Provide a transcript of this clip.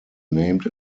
named